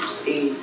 see